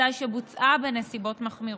אזי שבוצעה בנסיבות מחמירות.